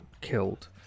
killed